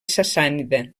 sassànida